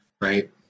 right